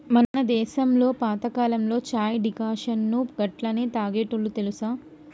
మన దేసంలో పాతకాలంలో చాయ్ డికాషన్ను గట్లనే తాగేటోల్లు తెలుసా